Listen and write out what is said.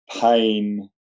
pain